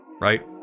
right